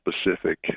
specific